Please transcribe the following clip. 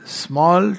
small